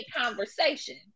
conversation